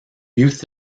youth